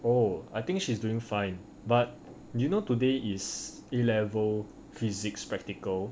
oh I think she's doing fine but you know today is A level physics practical